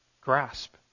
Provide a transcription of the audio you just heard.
grasp